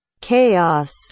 Chaos